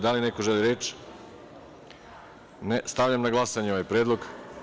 Da li neko želi reč? (Ne) Stavljam na glasanje ovaj predlog.